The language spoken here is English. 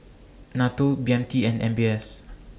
NATO B M T and M B S